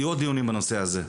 יהיו עוד דיונים בנושא הזה,